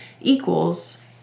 equals